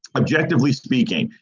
objectively speaking,